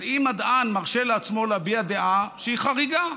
אז אם מדען מרשה לעצמו להביע דעה שהיא חריגה,